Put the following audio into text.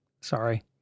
Sorry